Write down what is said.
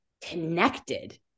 connected